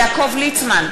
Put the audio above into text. יעקב ליצמן,